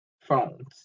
phones